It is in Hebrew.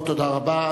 טוב, תודה רבה.